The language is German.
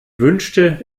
wünschte